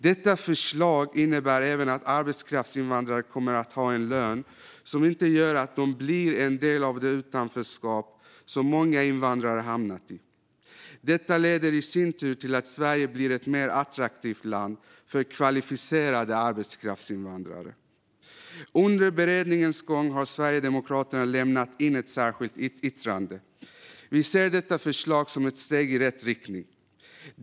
Detta förslag innebär även att arbetskraftsinvandrare kommer att ha en lön som inte gör att de blir en del av det utanförskap som många invandrare hamnat i. Detta leder i sin tur till att Sverige blir ett mer attraktivt land för kvalificerade arbetskraftsinvandrare. Under beredningens gång har Sverigedemokraterna lämnat in ett särskilt yttrande. Vi ser detta förslag som ett steg i rätt riktning.